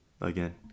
again